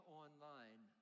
online